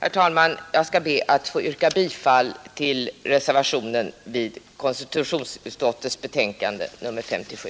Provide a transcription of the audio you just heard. Herr talman! Jag ber att få yrka bifall till reservationen vid konstitutionsutskottets betänkande nr 57.